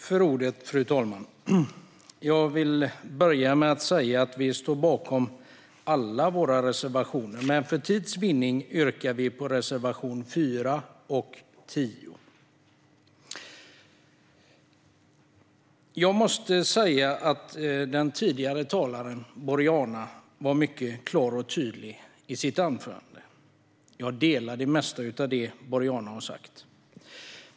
Fru talman! Jag vill börja med att säga att vi står bakom alla våra reservationer, men för tids vinnande yrkar vi bifall endast till reservationerna 4 och 10. Jag måste säga att den tidigare talaren, Boriana, var mycket klar och tydlig i sitt anförande. Jag håller med om det mesta av det som Boriana sa.